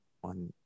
one